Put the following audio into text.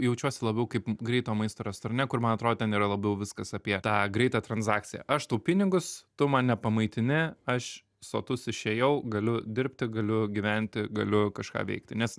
jaučiuosi labiau kaip greito maisto restorane kur man atrodo ten yra labiau viskas apie tą greitą tranzakciją aš tau pinigus tu mane pamaitini aš sotus išėjau galiu dirbti galiu gyventi galiu kažką veikti nes